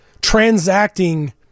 transacting